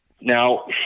Now